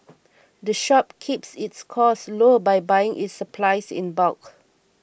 the shop keeps its costs low by buying its supplies in bulk